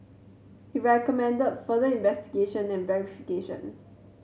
he recommended further investigation and verification